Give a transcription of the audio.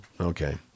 Okay